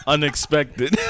Unexpected